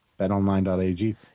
betonline.ag